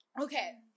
Okay